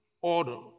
order